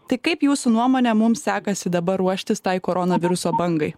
tai kaip jūsų nuomone mums sekasi dabar ruoštis tai koronaviruso bangai